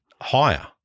higher